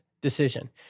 decision